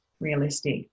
realistic